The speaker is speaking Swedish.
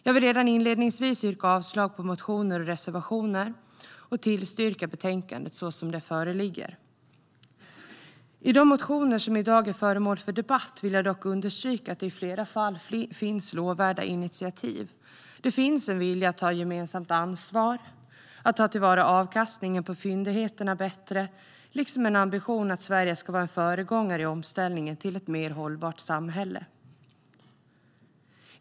Jag vill redan inledningsvis yrka avslag på motioner och reservationer och bifall till förslaget i betänkandet så som det föreligger. I de motioner som i dag är föremål för debatt vill jag dock understryka att det i flera fall finns lovvärda initiativ. Det finns en vilja att ta gemensamt ansvar och att ta till vara avkastningen på fyndigheterna bättre liksom en ambition att Sverige ska vara en föregångare i omställningen till ett mer hållbart samhälle.